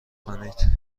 کنید